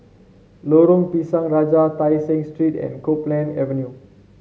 Lorong Pisang Raja Tai Seng Street and Copeland Avenue